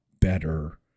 better